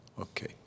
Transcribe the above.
Okay